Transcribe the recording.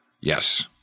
Yes